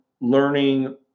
learning